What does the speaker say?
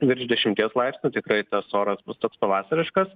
virš dešimties laipsnių tikrai tas oras bus toks pavasariškas